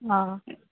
অঁ